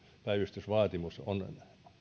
päivystysvaatimus on